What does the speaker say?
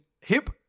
hip